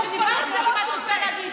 עוד לפני שדיברת ידעתי מה את רוצה להגיד.